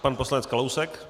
Pan poslanec Kalousek.